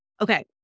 Okay